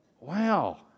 wow